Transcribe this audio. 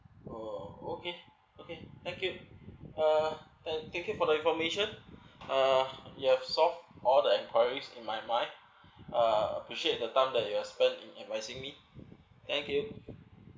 oh okay okay thank you uh thank you for the information uh you have solved all the enquiries in my mind uh appreciate the time that you have spent in advising me thank you